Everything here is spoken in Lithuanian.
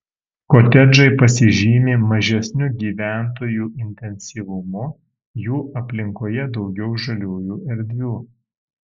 kotedžai pasižymi mažesniu gyventojų intensyvumu jų aplinkoje daugiau žaliųjų erdvių